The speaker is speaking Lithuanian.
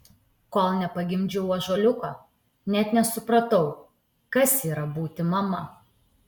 kol nepagimdžiau ąžuoliuko net nesupratau kas yra būti mama